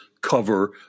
cover